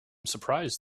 surprised